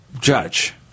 judge